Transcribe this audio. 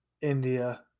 India